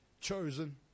chosen